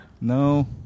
No